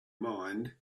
mind